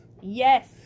Yes